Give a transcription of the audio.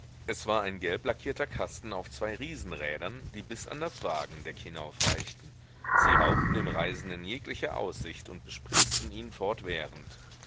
es war ein gelblackierter kasten auf zwei riesenrädern die bis an das wagendeck hinaufreichten sie raubten dem reisenden jegliche aussicht und bespritzten ihn fortwährend